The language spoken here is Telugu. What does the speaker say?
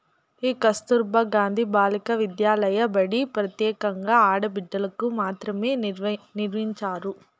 ఈ కస్తుర్బా గాంధీ బాలికా విద్యాలయ బడి ప్రత్యేకంగా ఆడపిల్లలకు మాత్రమే నిర్మించారు